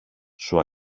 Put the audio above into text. σου